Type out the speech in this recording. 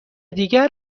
دیگر